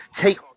take